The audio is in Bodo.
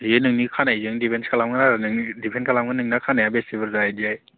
बे नोंनि खानायजों दिफेनस खालामगोन आरो दिफेन्द खालामगोन नोंना खानाया बेसे बुरजा बिदिहाय